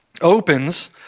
opens